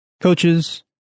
coaches